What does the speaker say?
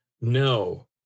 No